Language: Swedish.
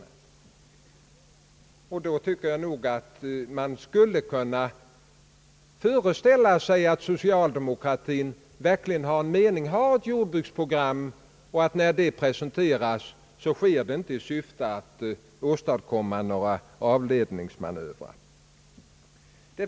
Mot denna bakgrund tycker jag att man borde inse att socialdemokratin verkligen har ett jordbruksprogram och att presenterandet av detta inte sker i syfte att åstadkomma några avledningsmanövrer.